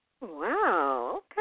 Wow